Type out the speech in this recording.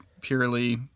purely